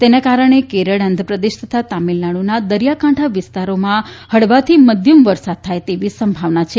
તેના કારણે કેરળ આંધ્રપ્રદેશ તથા તમિલનાડુના દરિયાકાંઠા વિસ્તારોમાં હળવાથી મધ્યમ વરસાદ થાય તેવી સંભાવના છે